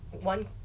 one